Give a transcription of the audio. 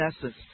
essence